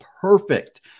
perfect